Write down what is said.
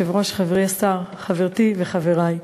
אדוני היושב-ראש, חברי השר, חברתי וחברי,